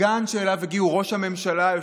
מפגן שאליו הגיעו ראש הממשלה,